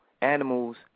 animals